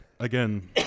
Again